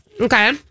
Okay